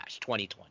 2020